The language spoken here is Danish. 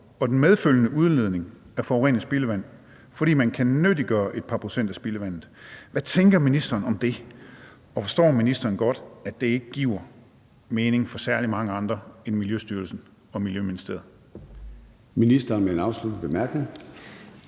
og den medfølgende udledning af forurenet spildevand, fordi man kan nyttiggøre et par procent af spildevandet. Hvad tænker ministeren om det, og forstår ministeren godt, at det ikke giver mening for særlig mange andre end Miljøstyrelsen og Miljøministeriet?